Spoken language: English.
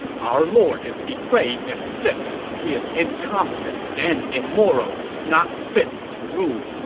our lord is depraved and sick. he is incompetent and immoral, not fit to rule.